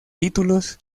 títulos